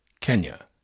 Kenya